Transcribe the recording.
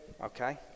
okay